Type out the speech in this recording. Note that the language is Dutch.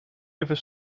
even